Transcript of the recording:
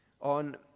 on